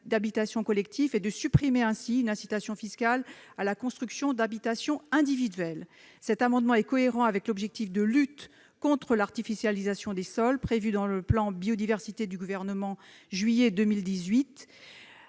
d'habitation collectifs et à supprimer ainsi une incitation fiscale à la construction d'habitations individuelles. Cette proposition est cohérente avec l'objectif de lutte contre l'artificialisation des sols qui figure dans le plan Biodiversité présenté par le Gouvernement en juillet 2018.